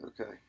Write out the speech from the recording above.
Okay